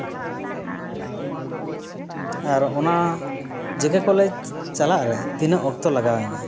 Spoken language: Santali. ᱟᱨ ᱚᱱᱟ ᱡᱮ ᱠᱮ ᱠᱚᱞᱮᱡᱽ ᱪᱟᱞᱟᱜ ᱨᱮ ᱛᱤᱱᱟᱹᱜ ᱚᱠᱛᱚ ᱞᱟᱜᱟᱣᱤᱧᱟᱹ